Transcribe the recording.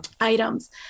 items